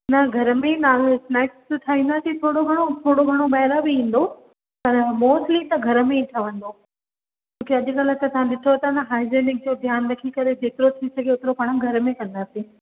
न घर में ई स्नेक्स ठाहींदासीं थोरो घणो थोरो घणो ॿाहिरां बि ईंदो पर मोस्टली त घर में ई ठहंदो छो की अॼु कल्ह त तव्हां ॾिसो था हाइजेनिक जो ध्यानु रखी करे जेतिरो थी सघे ओतिरो पाण घर में कंदासीं